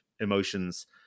emotions